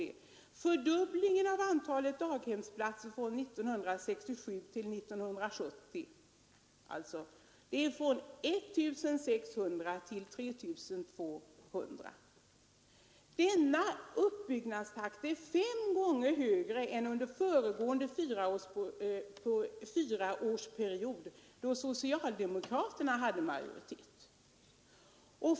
Det har i Göteborg skett en fördubbling av antalet daghemsplatser från 1967 till 1970, en ökning från 1 600 till 3 200. Denna uppbyggnadstakt är fem gånger högre än under föregående fyraårsperiod, då socialdemokraterna hade majoritet.